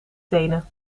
tenen